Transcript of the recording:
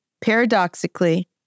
paradoxically